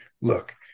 look